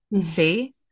See